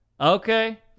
Okay